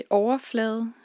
overflade